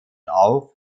auf